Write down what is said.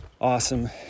awesome